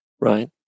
Right